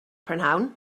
prynhawn